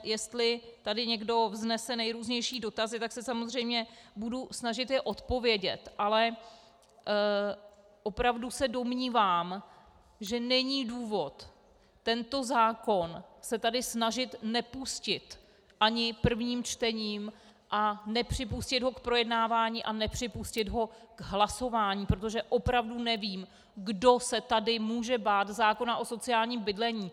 Jestli tady někdo vznese nejrůznější dotazy, tak se samozřejmě budu snažit je odpovědět, ale opravdu se domnívám, že není důvod tento zákon se tady snažit nepustit ani prvním čtením a nepřipustit ho k projednávání a nepřipustit ho k hlasování, protože opravdu nevím, kdo se tady může bát zákona o sociálním bydlení.